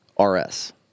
RS